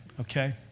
okay